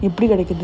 எப்படி:eppadi